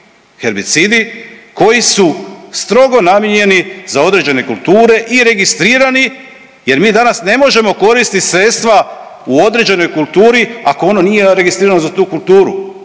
herbicidi koji su strogo namijenjeni za određene kulture i registrirani jer mi danas ne možemo koristit sredstva u određenoj kulturi ako ono nije registrirano za tu kulturu